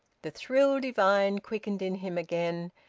the thrill divine quickened in him again,